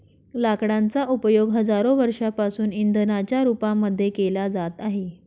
लाकडांचा उपयोग हजारो वर्षांपासून इंधनाच्या रूपामध्ये केला जात आहे